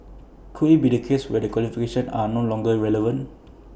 could IT be A case where their qualifications are no longer relevant